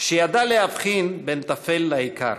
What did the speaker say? שידע להבחין בין טפל לעיקר,